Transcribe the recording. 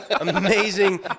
amazing